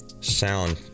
sound